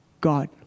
God